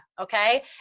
okay